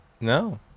No